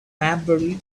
maybury